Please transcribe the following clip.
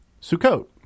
Sukkot